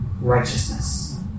righteousness